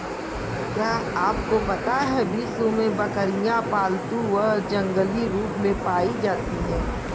क्या आपको पता है विश्व में बकरियाँ पालतू व जंगली रूप में पाई जाती हैं?